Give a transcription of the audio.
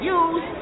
use